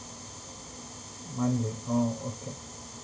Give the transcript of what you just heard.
monthly oh okay